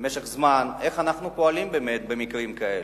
למשך זמן, איך אנחנו פועלים באמת במקרים כאלה.